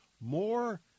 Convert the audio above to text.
more